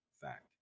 Fact